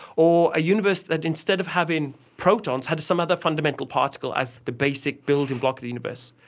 or a universe that instead of having protons had some other fundamental particle as the basic building block of the universe,